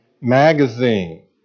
magazine